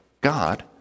God